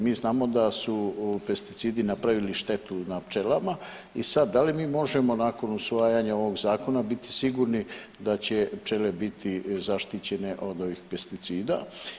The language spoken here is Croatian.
Mi znamo da su pesticidi napravili štetu na pčelama i sad da li mi možemo nakon usvajanja ovog zakona biti sigurni da će pčele biti zaštićene od ovih pesticida?